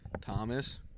Thomas